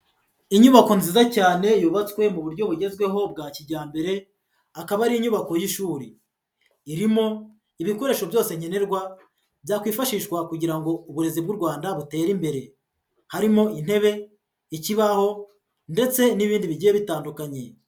Inyubako nziza cyane yubatswe mu buryo bugezweho bwa kijyambere, akaba ari inyubako y'ishuri, irimo ibikoresho byose nkenerwa, byakwifashishwa kugira ngo uburezi bw'u Rwanda butere imbere, harimo intebe, ikibaho ndetse n'ibindi bigiye bitandukanye.